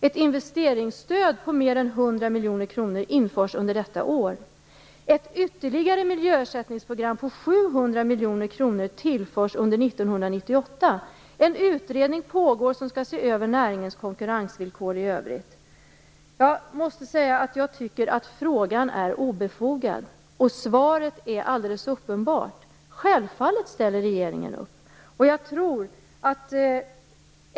Ett investeringsstöd på mer än 100 miljoner kronor införs under detta år. Ett ytterligare miljöersättningsprogram på 700 miljoner kronor tillförs under 1998. En utredning som skall se över näringens konkurrensvillkor i övrigt pågår. Jag måste säga att jag tycker att frågan är obefogad. Svaret är alldeles uppenbart. Självfallet ställer regeringen upp.